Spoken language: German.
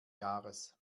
jahres